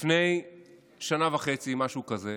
לפני שנה וחצי, משהו כזה,